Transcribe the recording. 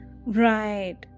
right